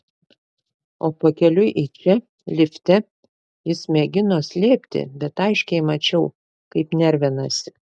o pakeliui į čia lifte jis mėgino slėpti bet aiškiai mačiau kaip nervinasi